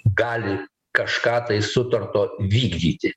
gali kažką tai sutarto vykdyti